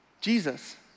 Jesus